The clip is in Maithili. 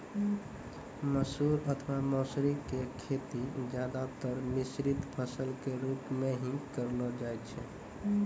मसूर अथवा मौसरी के खेती ज्यादातर मिश्रित फसल के रूप मॅ हीं करलो जाय छै